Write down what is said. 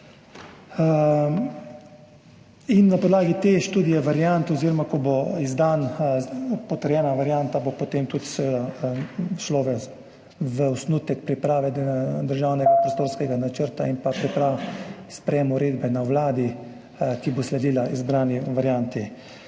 Na podlagi te študije variant oziroma ko bo potrjena varianta, bo potem tudi šlo v osnutek priprave državnega prostorskega načrta in sprejem uredbe na Vladi, ki bo sledila izbrani varianti.